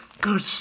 good